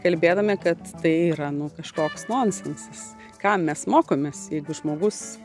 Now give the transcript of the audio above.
kalbėdami kad tai yra nu kažkoks nonsensas kam mes mokomės jeigu žmogus